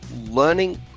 learning